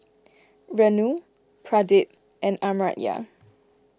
Renu Pradip and Amartya